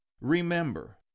remember